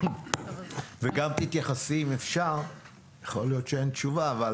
יכול להיות שאין תשובה, אבל